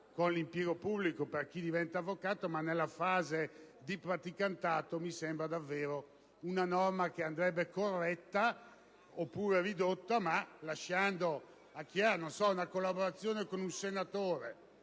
con l'impiego pubblico per chi diventa avvocato, ma nella fase di praticantato mi sembra davvero una norma che andrebbe corretta oppure ridotta. Pensiamo alla collaborazione di un avvocato